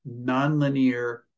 nonlinear